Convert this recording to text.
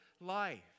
life